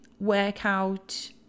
workout